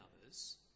others